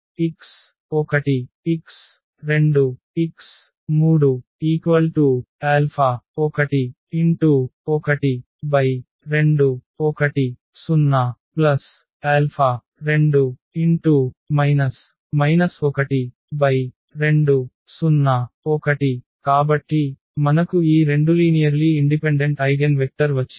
x1 x2 x3 112 1 0 2 12 0 1 కాబట్టి మనకు ఈ రెండులీనియర్లీ ఇండిపెండెంట్ ఐగెన్వెక్టర్ వచ్చింది